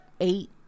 eight